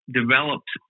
developed